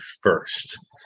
first